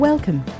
Welcome